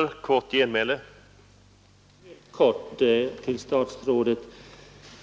Herr talman! Låt mig säga i korthet till statsrådet Odhnoff